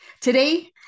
Today